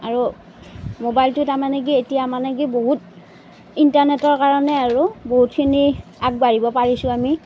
আৰু মোবাইলটো তাৰমানে কি এতিয়া মানে কি বহুত ইণ্টাৰনেটৰ কাৰণে আৰু বহুতখিনি আগবাঢ়িব পাৰিছোঁ আমি